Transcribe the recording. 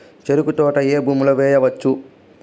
చెరుకు తోట ఏ భూమిలో వేయవచ్చు?